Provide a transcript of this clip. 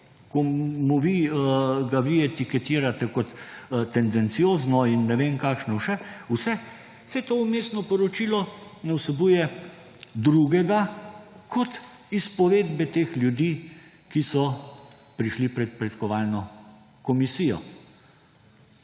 ki ga vi etiketirate kot tendenciozno in ne vem kakšno še vse, saj to Vmesno poročilo ne vsebuje drugega kot izpovedbe teh ljudi, ki so prišli pred preiskovalno komisijo.